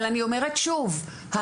אבל אני אומרת שוב,